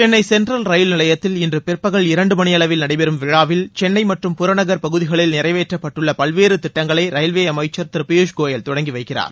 Chennai Central rail நிலையத்தில் இன்று பிற்பகல் இரண்டு மணியளவில் நடைபெறும் விழாவில் சென்னை மற்றும் புறநகர் பகுதிகளில் நிறைவேற்றப்பட்டுள்ள பல்வேறு திட்டங்களை ரயில்வே அமைச்சர் திரு பியூஷ் கோயல் தொடங்கி வைக்கிறார்